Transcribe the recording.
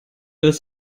dass